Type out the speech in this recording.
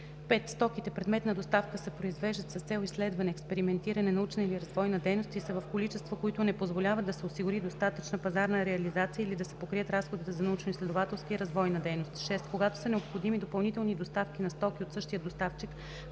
5. стоките – предмет на доставка, се произвеждат с цел изследване, експериментиране, научна или развойна дейност и са в количества, които не позволяват да се осигури достатъчна пазарна реализация или да се покрият разходите за научноизследователска и развойна дейност; 6. когато са необходими допълнителни доставки на стоки от същия доставчик,